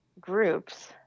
groups